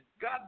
God